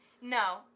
No